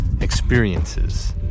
experiences